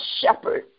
shepherd